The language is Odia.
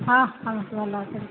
ହଁ ହଁ ଭଲ ଅଛନ୍ତି